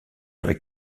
avec